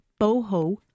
boho